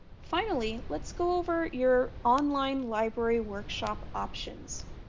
finally let's go over your online library workshop options.